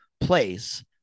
place